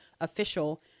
official